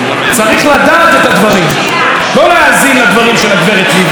ולא להאזין לדברים של הגברת לבני ולקבל אותם ככזה ראה וקדש,